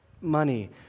money